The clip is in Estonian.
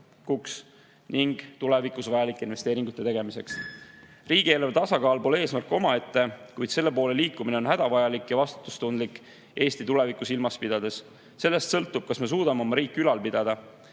ja tulevikus vajalike investeeringute tegemiseks. Riigieelarve tasakaal pole eesmärk omaette, kuid selle poole liikumine on hädavajalik ja vastutustundlik Eesti tulevikku silmas pidades. Sellest sõltub, kas me suudame oma riiki ülal pidada.